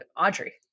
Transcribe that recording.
Audrey